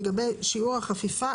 לגבי שיעור החפיפה,